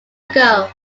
ago